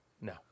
No